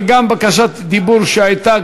ובקשת דיבור שהייתה,